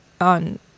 on